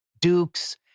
dukes